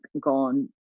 gone